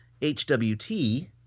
HWT